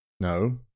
No